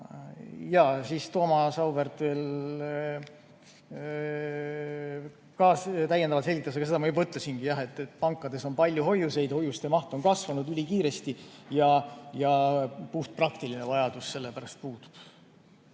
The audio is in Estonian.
Thomas Auväärt veel täiendavalt selgitas – seda ma juba ütlesin –, et pankades on palju hoiuseid, hoiuste maht on kasvanud ülikiiresti ja puhtpraktiline vajadus sellepärast puudub.